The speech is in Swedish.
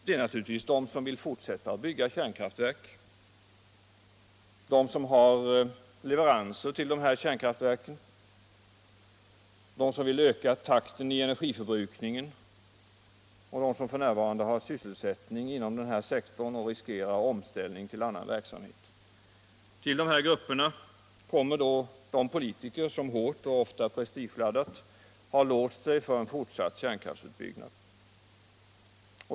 Det gäller dem som vill fortsätta att bygga kärnkraftverk, dem som har leveranser till dessa kärnkraftverk, dem som vill öka takten i energiförbrukningen och dem som f. n. har sysselsättning inom denna sektor och riskerar omställning till annan verksamhet. Till dessa grupper kommer de politiker som hårt och ofta prestigeladdat har låst sig för en fortsatt kärnkraftsutbyggnad.